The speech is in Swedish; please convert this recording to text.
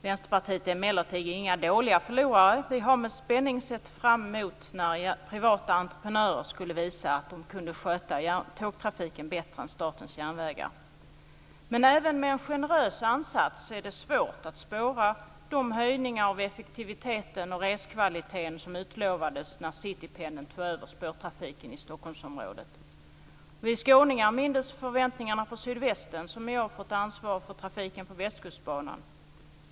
Vänsterpartiet är emellertid inte någon dålig förlorare. Vi har med spänning sett fram emot att privata entreprenörer skulle visa att de kunde sköta tågtrafiken bättre än Statens järnvägar. Men även med en generös ansats är det svårt att spåra de höjningar av effektiviteten och reskvaliteten som utlovades när Citypendeln tog över spårtrafiken i Stockholmsområdet. Vi skåningar minns förväntningarna på Sydvästen, som i år fått ansvar för trafiken på Västkustbanan.